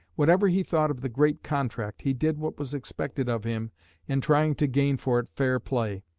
whatever he thought of the great contract, he did what was expected of him in trying to gain for it fair play.